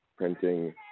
printing